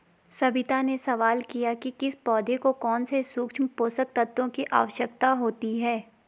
सविता ने सवाल किया कि किस पौधे को कौन से सूक्ष्म पोषक तत्व की आवश्यकता होती है